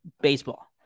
baseball